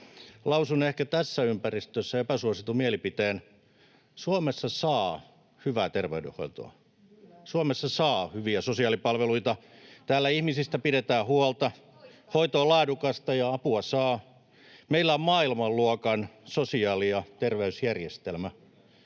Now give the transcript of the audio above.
lausun ehkä tässä ympäristössä epäsuositun mielipiteen: Suomessa saa hyvää terveydenhoitoa. [Oikealta: Kyllä!] Suomessa saadaan hyviä sosiaalipalveluita. Täällä ihmisistä pidetään huolta, hoito on laadukasta ja apua saa. Meillä on maailmanluokan sosiaali- ja terveysjärjestelmä.